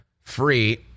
Free